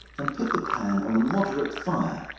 then put the pan on a moderate fire,